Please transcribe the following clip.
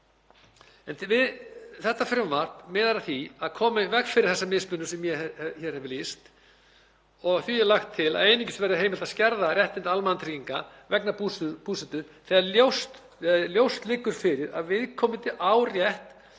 Þetta frumvarp miðar að því að koma í veg fyrir þessa mismunun sem ég hef lýst hér. Því er lagt til að einungis verði heimilt að skerða réttindi almannatrygginga vegna búsetu þegar ljóst liggur fyrir að viðkomandi eigi rétt